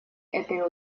этой